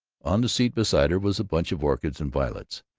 on the seat beside her was a bunch of orchids and violets,